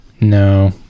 No